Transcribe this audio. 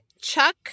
Chuck